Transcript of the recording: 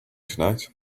tonight